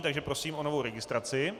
Takže prosím o novou registraci.